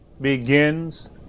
begins